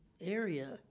area